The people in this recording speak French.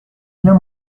bien